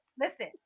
Listen